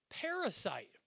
parasite